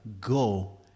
Go